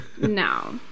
No